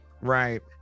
right